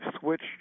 switched